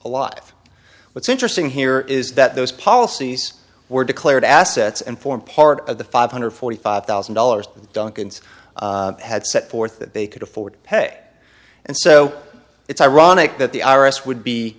lot what's interesting here is that those policies were declared assets and form part of the five hundred forty five thousand dollars duncan's had set forth that they could afford to pay and so it's ironic that the i r s would be